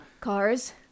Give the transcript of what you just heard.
Cars